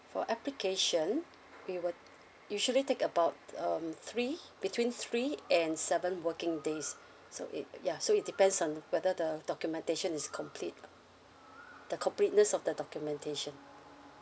for application we will usually take about um three between three and seven working days so it ya so it depends on whether the documentation is complete the completeness of the documentation